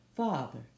Father